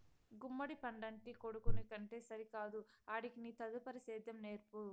గుమ్మడి పండంటి కొడుకుని కంటే సరికాదు ఆడికి నీ తదుపరి సేద్యం నేర్పు